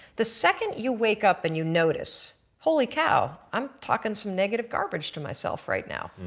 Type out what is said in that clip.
the second you wake up and you notice, holy cow i'm talking some negative garbage to myself right now,